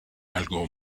algo